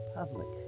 public